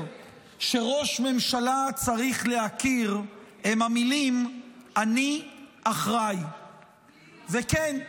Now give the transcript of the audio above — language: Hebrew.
שראש ממשלה צריך להכיר הן המילים "אני אחראי"; וכן,